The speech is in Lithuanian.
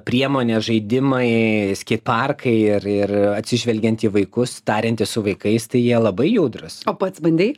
priemonės žaidimai skeit parkai ir ir atsižvelgiant į vaikus tariantis su vaikais tai jie labai judrūs o pats bandei